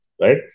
Right